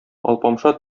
алпамша